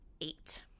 Eight